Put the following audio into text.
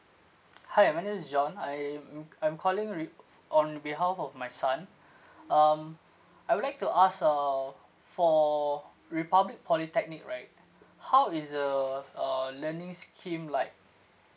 hi uh my name is john I'm mm I'm calling re~ on behalf of my son um I would like to ask uh for republic polytechnic right how is the uh learning scheme like